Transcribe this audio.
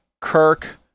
Kirk